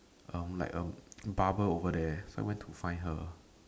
um like um a barber over there so I went to find her